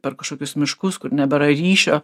per kažkokius miškus kur nebėra ryšio